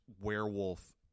werewolf